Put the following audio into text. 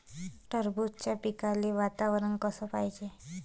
टरबूजाच्या पिकाले वातावरन कस पायजे?